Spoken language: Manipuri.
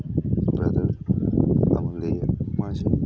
ꯕ꯭ꯔꯗꯔ ꯑꯃ ꯂꯩꯌꯦ ꯃꯥꯁꯦ